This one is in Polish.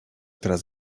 teraz